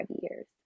years